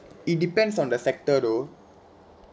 it depends on the sector though